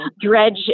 dredge